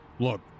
Look